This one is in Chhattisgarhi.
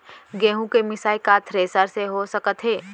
गेहूँ के मिसाई का थ्रेसर से हो सकत हे?